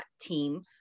team